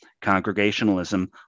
Congregationalism